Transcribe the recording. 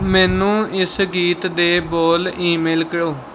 ਮੈਨੂੰ ਇਸ ਗੀਤ ਦੇ ਬੋਲ ਈਮੇਲ ਕਰੋ